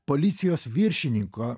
policijos viršininko